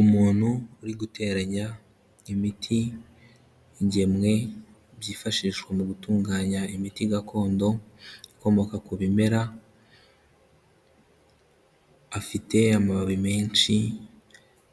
Umuntu uri guteranya imiti, ingemwe, byifashishwa mu gutunganya imiti gakondo ikomoka ku bimera, afite amababi menshi